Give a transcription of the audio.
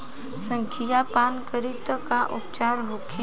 संखिया पान करी त का उपचार होखे?